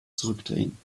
zurückdrehen